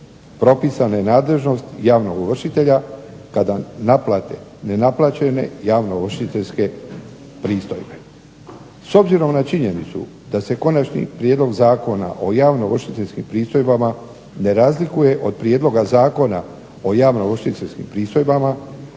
Propisana je nadležnost javnog ovršitelja kada naplate nenaplaćene javnoovršiteljske pristojbe. S obzirom na činjenicu da se Konačni prijedlog Zakona o javnoovršiteljskim pristojbama ne razlikuje od prijedloga Zakona o javnoovršiteljskim pristojbama,